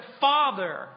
father